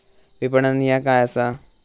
विपणन ह्या काय असा?